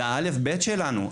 זה האל"ף, בי"ת שלנו.